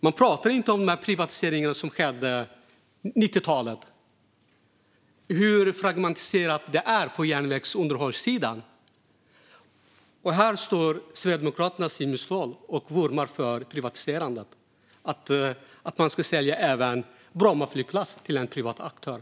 Man pratar inte om de privatiseringar som skedde på 90-talet och hur fragmentiserat järnvägsunderhållet är. Och här står Sverigedemokraternas Jimmy Ståhl och vurmar för privatiserandet och för att man ska sälja även Bromma flygplats till en privat aktör.